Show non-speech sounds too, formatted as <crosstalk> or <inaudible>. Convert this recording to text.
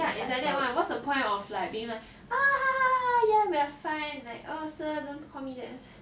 ya it's like that [one] what's the point of being like ya <laughs> ya we're fine and like no sir don't call me that